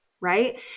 right